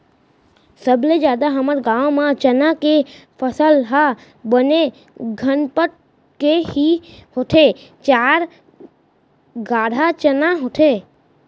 सबले जादा हमर गांव म चना के फसल ह बने गनपत के ही होथे चार गाड़ा चना होथे